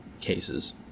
cases